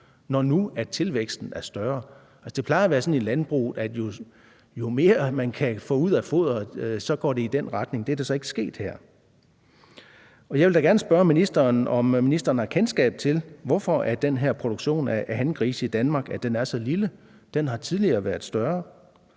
når nu tilvæksten er større. Altså, det plejer at være sådan inden for landbrug, at jo mere man kan få ud af foderet, jo bedre, og at det så går i den retning. Det er så ikke sket her. Jeg vil da gerne spørge ministeren, om ministeren har kendskab til, hvorfor den her produktion af hangrise i Danmark er så lille. Den har tidligere været større.